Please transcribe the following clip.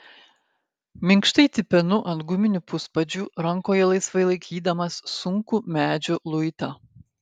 minkštai tipenu ant guminių puspadžių rankoje laisvai laikydamas sunkų medžio luitą